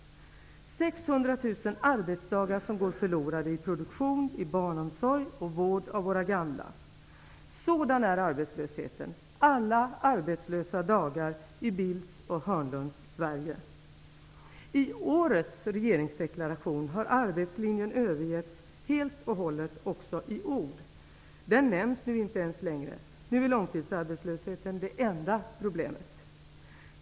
600 000 arbetsdagar som går förlorade -- i produktion, i barnomsorg och vård av våra gamla. Sådan är arbetslösheten, alla arbetslösa dagar i I årets regeringsdeklaration har arbetslinjen övergetts helt och hållet också i ord. Den nämns nu inte ens längre. Nu är långtidsarbetslösheten det enda problemet.